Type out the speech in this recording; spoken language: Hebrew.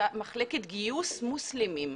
מחלקת גיוס מוסלמים.